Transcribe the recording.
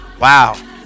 Wow